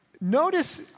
notice